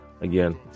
Again